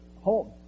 home